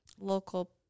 local